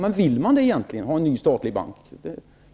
Men vill man egentligen ha en ny statlig bank?